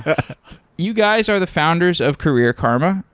ah you guys are the founders of career karma.